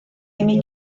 imi